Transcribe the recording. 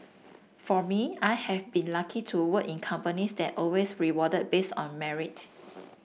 for me I have been lucky to work in companies that always rewarded based on merit